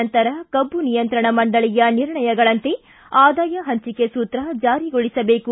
ನಂತರ ಕಬ್ಬು ನಿಯಂತ್ರಣ ಮಂಡಳಿಯ ನಿರ್ಣಯಗಳಂತೆ ಆದಾಯ ಹಂಚಿಕೆ ಸೂತ್ರ ಜಾರಿಗೊಳಿಸಬೇಕು